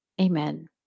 Amen